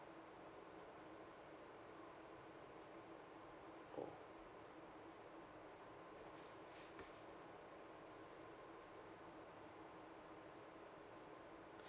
oh